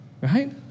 right